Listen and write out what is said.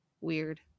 Weird